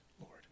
Lord